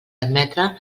admetre